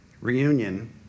reunion